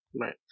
Right